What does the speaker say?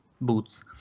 Boots